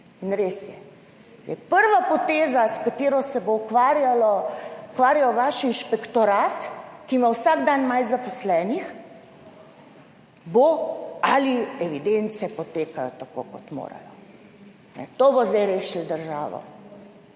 In res je, prva poteza, s katero se bo ukvarjal vaš inšpektorat, ki ima vsak dan manj zaposlenih, bo, ali evidence potekajo tako, kot morajo. To bo zdaj rešilo državo.